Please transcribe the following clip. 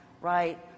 right